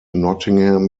nottingham